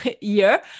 year